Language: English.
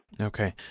Okay